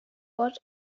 what